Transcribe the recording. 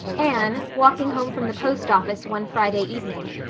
anne, walking home from the post office one friday evening,